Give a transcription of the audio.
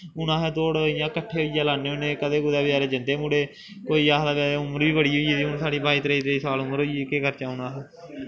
हून अस दौड़ इ''यां कट्ठे होइयै लान्ने होन्ने कदें कुदै बचैरे जंदे मुड़े कोई आखदा उमर बी बड़ी होई गेदी हून साढ़ी बाई त्रेई त्रेई साल उमर होई गेई हून केह् करचै अस